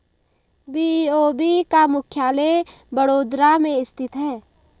BOB का मुख्यालय बड़ोदरा में स्थित है